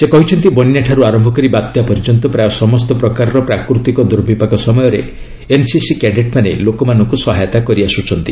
ସେ କହିଛନ୍ତି ବନ୍ୟାଠାରୁ ଆରମ୍ଭ କରି ବାତ୍ୟା ପର୍ଯ୍ୟନ୍ତ ପ୍ରାୟ ସମସ୍ତ ପ୍ରକାରର ପ୍ରାକୃତିକ ଦୁର୍ବିପାକ ସମୟରେ ଏନ୍ସିସି କ୍ୟାଡେଟ୍ମାନେ ଲୋକମାନଙ୍କୁ ସହାୟତା କରିଆସୁଛନ୍ତି